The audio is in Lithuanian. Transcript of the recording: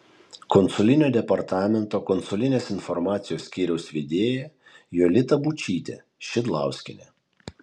konsulinio departamento konsulinės informacijos skyriaus vedėja jolita būčytė šidlauskienė